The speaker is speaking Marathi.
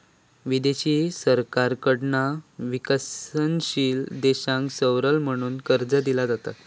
विदेशी सरकारकडना विकसनशील देशांका सवलत म्हणून कर्ज दिला जाता